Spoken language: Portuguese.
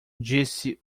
disse